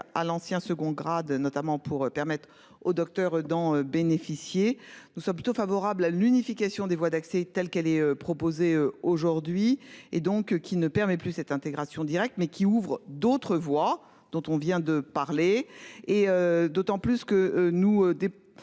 à l'ancien second grade, notamment pour permettre aux docteurs d'en bénéficier. Nous sommes plutôt favorables à l'unification des voies d'accès, telle qu'elle est proposée aujourd'hui et donc qui ne permet plus cette intégration directe mais qui ouvre d'autres voies dont on vient de parler et d'autant plus que nous